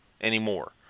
anymore